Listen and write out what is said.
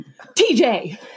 TJ